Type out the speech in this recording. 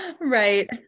Right